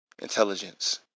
intelligence